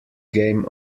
game